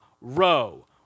row